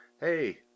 hey